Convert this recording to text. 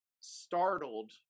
startled